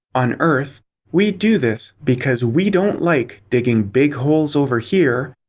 on earth we do this because we don't like digging big holes over here,